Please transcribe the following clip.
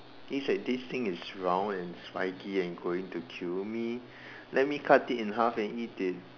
it's like this thing is round and spiky and going to kill me let me cut it in half and eat it